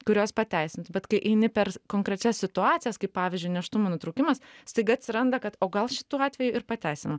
kurios pateisintų bet kai eini per konkrečias situacijas kaip pavyzdžiui nėštumo nutraukimas staiga atsiranda kad o gal šituo atveju ir pateisinu